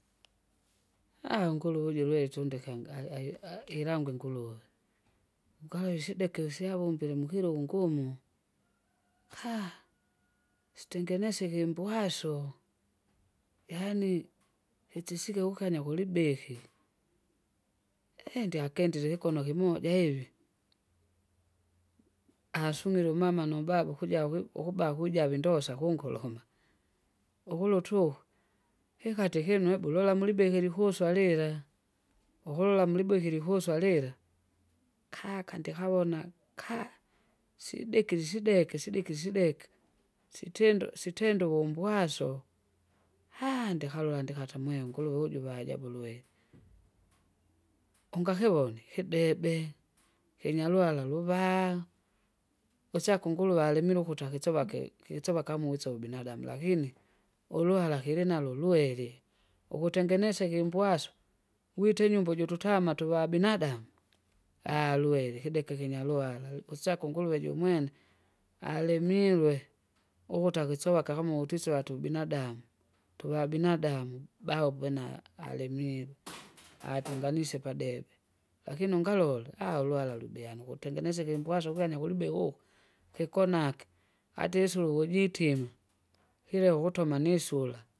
nguru ujulwesya undekenge ai- ai- ilangwe nguruwe. Ukale ishida ikisyavombile mukila ungumu, haa! sitengese ikibwaso, yaani, itsile ukenya kulibihi, eehi! ndyakendile ikuno kimoja ivi. Asunile umama nubaba ukujagwi ukuba ukuja vindosa kunkuluma, ukulutu, hikate ihinu ibulola mulibihi likuswalila, uhulola mulibwihili ukuswalila, kaaka! ndihavona, kaa! siidekile isideke sideki sedeke, sitendu sitendu uvubwaso, haa! ndikalola ndikata mwe nguru uju vajabu lwe. Ungakivone ihidebe, hinyalwala luvaa, usaka unguruwe alimile ukuta kisovake- kisova kamusa ubinadamu lakini, ulwala kilinalo lwere, ukutengenesa ikibwaso, wite inyumba huju tutama tuva binadamu! aha lwere ikedeke kinyalwara usaka unguruwe jumwene, alimirwe, ukuta kisova akahamu utise watu binadamu. Tuvabinadamu bahuvena alimirwe atenganishe padebe. Lakini ungalole aah! ulwala lubiha nukutengeneza ikingwaso gwene gulibihu, kikonaki, atisula ukujitima, kila ukutoma nisula.